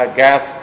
gas